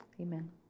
Amen